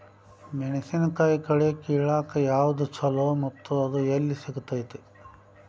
ಮೆಣಸಿನಕಾಯಿ ಕಳೆ ಕಿಳಾಕ್ ಯಾವ್ದು ಛಲೋ ಮತ್ತು ಅದು ಎಲ್ಲಿ ಸಿಗತೇತಿ?